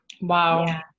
Wow